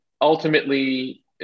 ultimately